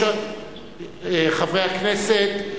חברי הכנסת,